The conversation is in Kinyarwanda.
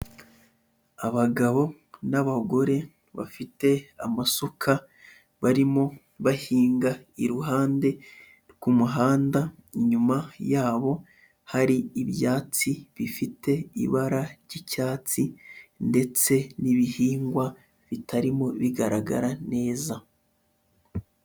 Abagabo n'abagore bafite amasuka barimo bahinga iruhande rw'umuhanda, inyuma yabo hari ibyatsi bifite ibara ry'icyatsi ndetse n'ibihingwa bitarimo bigaragara neza.